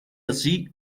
así